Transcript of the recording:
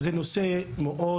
מדובר בנושא מורכב